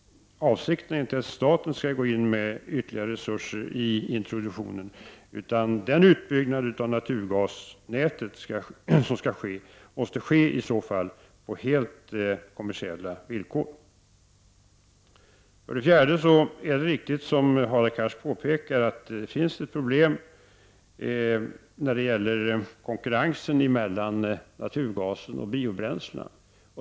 Avsikten är inte att staten skall gå in med ytterligare resurser i introduktionen, utan utbyggnaden av naturgasnätet måste ske på helt kommersiella villkor. För det fjärde är det riktigt, som Hadar Cars påpekar, att det finns ett problem när det gäller konkurrensen mellan naturgasen och biobränslena.